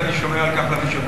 אני שומע על כך לראשונה.